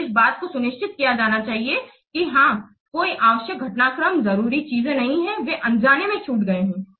तो इस बात को सुनिश्चित किया जाना चाहिए कि हाँ कोई आवश्यक घटनाक्रम जरुरी चीजें नहीं वे अनजाने में छूट गए हैं